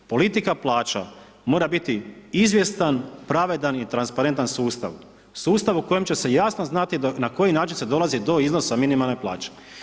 Politika plaća mora biti izvjestan, pravedan i transparentan sustav, sustav u kojem će se jasno znati na koji način se dolazi do iznosa minimalne plaće.